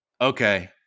Okay